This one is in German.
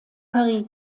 paris